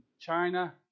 China